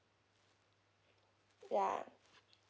yeah